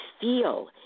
feel